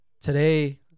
today